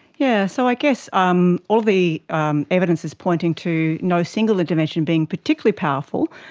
yeah so i guess um all the um evidence is pointing to no singular dimension being particularly powerful,